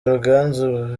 ruganzu